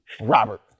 Robert